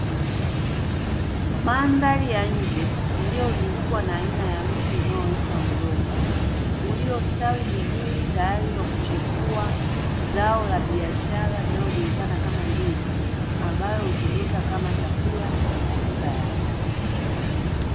Mandhari ya nje inayozukwa na miti unaoitwa mgomba, ulio stawi vizuri tayari kwa kuchepua zao la biashara linalojulikana kama ndizi, ambayo hutumika kama chakula na tiba ya afya.